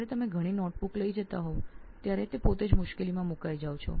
જ્યારે આપ ઘણી નોંધો લઈ જતા હોવ ત્યારે તે એક મુશ્કેલી બની જાય છે